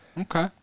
okay